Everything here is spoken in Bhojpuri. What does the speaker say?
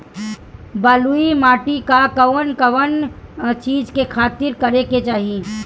बलुई माटी पर कउन कउन चिज के खेती करे के चाही?